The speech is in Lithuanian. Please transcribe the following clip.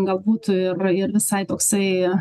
galbūt ir ir visai toksai